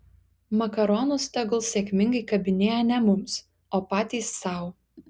makaronus tegul sėkmingai kabinėja ne mums o patys sau